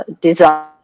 design